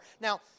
Now